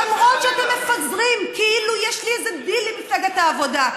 למרות שאתם מפזרים כאילו יש לי איזה דיל עם מפלגת העבודה.